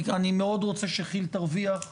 אני מאוד רוצה שכי"ל תרוויח.